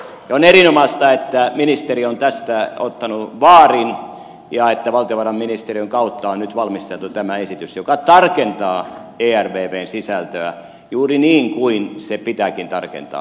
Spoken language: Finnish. on erinomaista että ministeri on tästä ottanut vaarin ja että valtiovarainministeriön kautta on nyt valmisteltu tämä esitys joka tarkentaa ervvn sisältöä juuri niin kuin se pitääkin tarkentaa